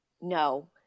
no